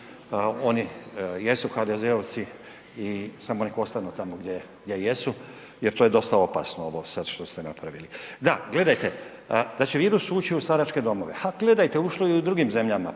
Oni jesu HDZ-ovci i samo nek ostanu tamo gdje jesu jer to je dosta opasno ovo što ste sada napravili. Da, gledajte, da će virus ući u staračke domove, ha gledajte ušlo je i u drugim zemljama,